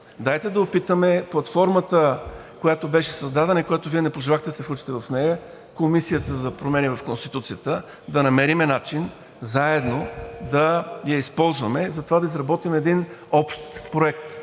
дайте да опитаме платформата, която беше създадена и в която Вие не пожелахте да се включите – Комисията за промени в Конституцията, да намерим начин заедно да я използваме за това да изработим един общ проект